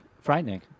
frightening